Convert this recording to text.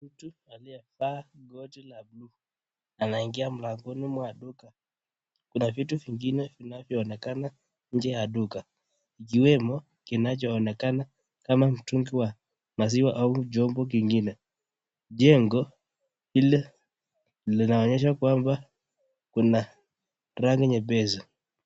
Mtu aliyevaa koti la buluu, anaingia mlangoni mwa duka, kuna vitu vingine vinavyoonekana nje ya duka, ikiwemo kinachoonekana kama mtungi wa maziwa au chombo kingine, jengo ile linaonyesha kwamba kuna rangi nyepesi.